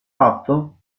fatto